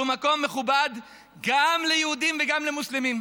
שהוא מקום מכובד גם ליהודים וגם למוסלמים.